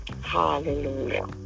Hallelujah